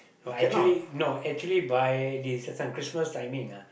no I actually no actually by this this one Christmas timing ah